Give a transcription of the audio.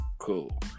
cool